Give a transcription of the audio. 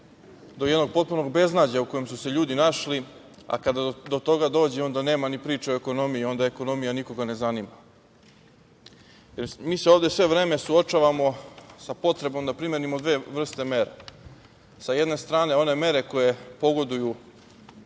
do jednog potpunog beznađa u kojem su se ljudi našli, a kada do toga dođe, onda nema ni priče o ekonomiji, onda ekonomija nikoga ne zanima. Mi se ovde sve vreme suočavamo sa potrebom da primenimo dve vrste mere. Sa jedne strane, one mere koje pogoduju